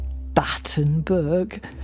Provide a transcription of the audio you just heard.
Battenberg